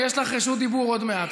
יש לך רשות דיבור עוד מעט.